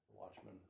Watchmen